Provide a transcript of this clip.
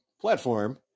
platform